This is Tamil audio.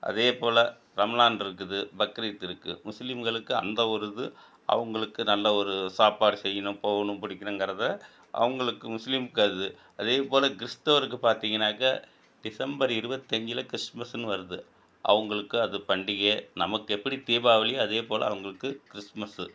அதேப் போல ரமலான் இருக்குது பக்ரீத் இருக்குது முஸ்லீம்களுக்கு அந்த ஒரு இது அவங்களுக்கு நல்ல ஒரு சாப்பாடு செய்யணும் போகணும் பிடிக்கணுங்கறத அவங்களுக்கு முஸ்லீம்க்கு அது அதேப் போல கிறிஸ்தவருக்கு பார்த்தீங்கன்னாக்கா டிசம்பர் இருபத்தஞ்சில கிறிஸ்மஸ்ஸுன்னு வருது அவங்களுக்கு அது பண்டிகை நமக்கு எப்படி தீபாவளியோ அதேப் போல அவங்களுக்கு கிறிஸ்மஸ்ஸு